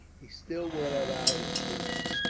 he still went about his business.